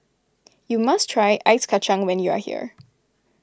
you must try Ice Kacang when you are here